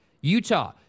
Utah